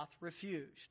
refused